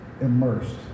immersed